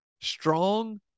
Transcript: strong